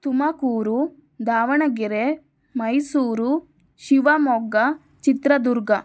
Tumakuru Davanagere Mysuru Shivamogga Chitradurga